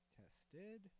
tested